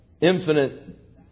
infinite